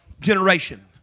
generation